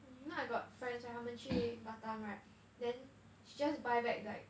you know I got friends right 他们去 batam right then she just buy back like